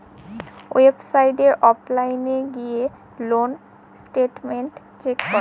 ওয়েবসাইটে অনলাইন গিয়ে loan statement check করে